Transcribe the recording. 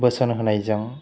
बोसोन होनायजों